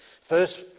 First